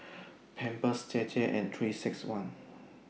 Pampers JJ and three six one